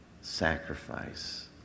sacrifice